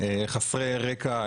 חסרי רקע,